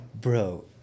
Bro